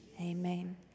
amen